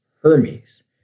Hermes